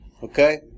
okay